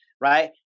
right